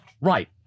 right